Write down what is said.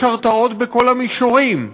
יש הרתעות בכל המישורים: